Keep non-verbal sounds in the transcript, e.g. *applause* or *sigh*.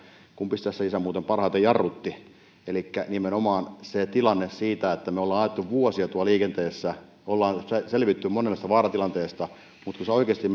kumpi tässä isä muuten parhaiten jarrutti elikkä nimenomaan se tilanne että ollaan ajettu vuosia tuolla liikenteessä ollaan selvitty monenlaisesta vaaratilanteesta mutta sitten sinä oikeasti *unintelligible*